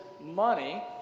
money